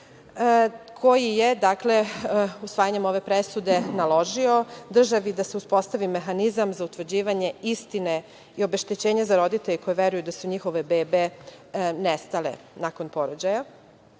koji je usvajanjem ove presude naložio državi da se uspostavi mehanizam za utvrđivanje istine i obeštećenja za roditelje koji veruju da su njihove bebe nestale nakon porođaja. Savet